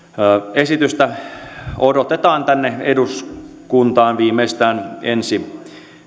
esitystä odotetaan tänne eduskuntaan käsittelyyn viimeistään ensi